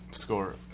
score